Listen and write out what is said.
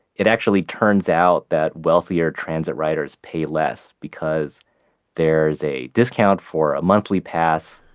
it actually turns out that wealthier transit riders pay less because there's a discount for a monthly pass.